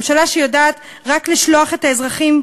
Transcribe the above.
ממשלה שיודעת רק לשלוח את האזרחים,